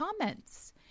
comments